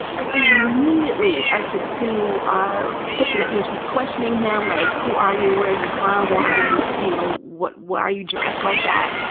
and immediately as the two are put together, you know, she's questioning him like, who are you? where you from? why are you you know what? why are you dressed like that?